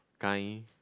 kind